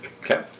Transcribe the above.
Okay